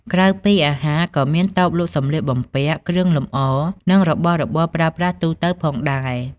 ក្រៅពីអាហារ ក៏មានតូបលក់សម្លៀកបំពាក់ គ្រឿងលម្អ និងរបស់របរប្រើប្រាស់ទូទៅផងដែរ។